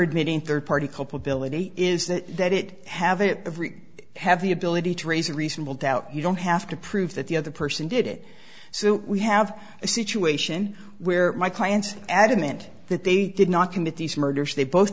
admitting third party culpability is that have it every have the ability to raise a reasonable doubt you don't have to prove that the other person did it so we have a situation where my client adamant that they did not commit these murders they both